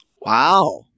Wow